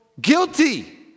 guilty